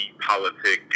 politics